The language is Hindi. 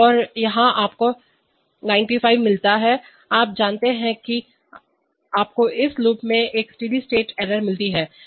और यहां आपको 95 मिलता है आप जानते हैं कि आपको इस लूप में एक स्टेडी स्टेट एरर मिलती है